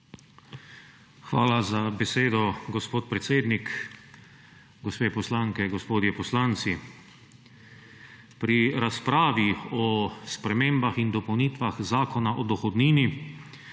Hvala za besedo, gospod predsednik. Gospe poslanke, gospodje poslanci! Pri razpravi o spremembah in dopolnitvah Zakona o dohodnini